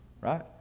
right